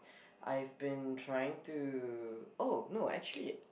I've been trying to oh no actually